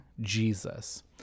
Jesus